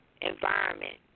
environment